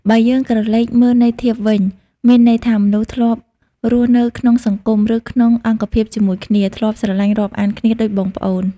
បើយើងក្រឡេកមើលន័យធៀបវិញ មានន័យថាមនុស្សធ្លាប់រស់ក្នុងសង្គម ឬក្នុងអង្គភាពជាមួយគ្នា ធ្លាប់ស្រលាញ់រាប់អានគ្នាដូចបងប្អូន ។